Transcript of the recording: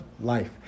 life